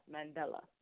Mandela